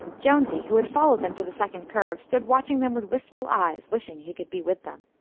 jonesy, who had followed them to the second curve, stood watching them with wistful eyes, wishing he could be with them.